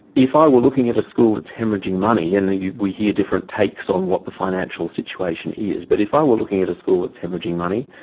if i were looking at a school that's haemorrhaging money and we hear different takes on what the financial situation is but if i were looking at a school that's haemorrhaging money,